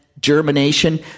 germination